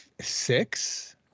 six